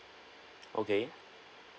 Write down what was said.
okay